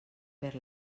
per